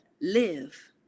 live